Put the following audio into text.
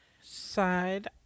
side